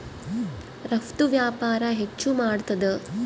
ರಫ್ತು ವ್ಯಾಪಾರ ಹೆಚ್ಚು ಮಾಡ್ತಾದ